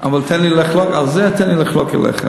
אבל על זה תן לי לחלוק עליך.